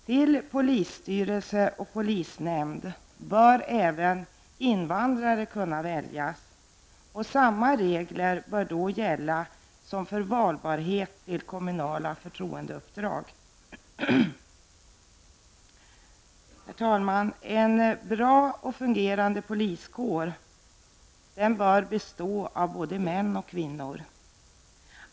Till polisstyrelse och polisnämnd bör även invandrare kunna väljas. Samma regler bör då gälla som för valbarhet till kommunala förtroendeuppdrag. Herr talman! En bra och fungerande poliskår bör bestå av både män och kvinnor.